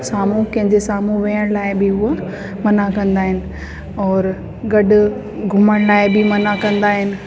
साम्हूं कंहिंजे साम्हूं विहण लाइ बि हूअ मना कंदा आहिनि और गॾु घुमण लाइ बि मना कंदा आहिनि